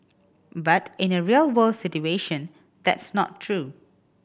but in a real world situation that's not true